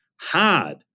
hard